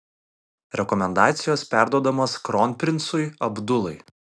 rekomendacijos perduodamos kronprincui abdulai